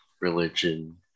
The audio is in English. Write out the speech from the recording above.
religion